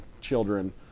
children